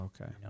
Okay